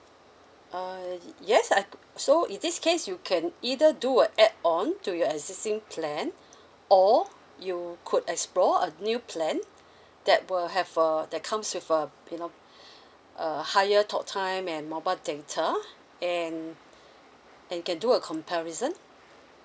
err yes I so in this case you can either do a add-on to your existing plan or you could explore a new plan that will have a that comes with a you know a higher talk time and mobile data and and can do a comparison